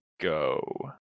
go